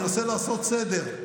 אני מנסה לעשות סדר.